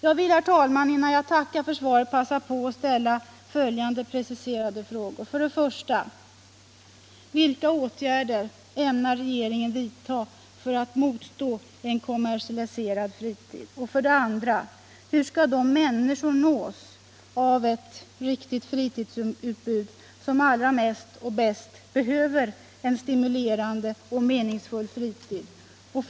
Jag vill, herr talman, innan jag tackar för svaret passa på att ställa följande preciserade frågor: 2. Hur skall de människor nås av ett riktigt fritidsutbud som allra mest och bäst behöver en stimulerande och meningsfull fritid?